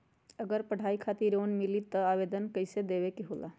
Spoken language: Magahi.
अगर पढ़ाई खातीर ऋण मिले ला त आवेदन कईसे देवे के होला?